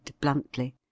bluntly